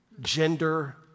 gender